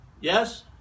Yes